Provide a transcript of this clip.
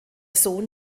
sohn